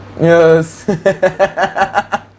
Yes